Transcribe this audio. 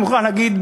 אני מוכרח להגיד,